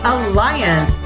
Alliance